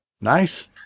Nice